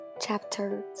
Chapter